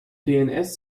dns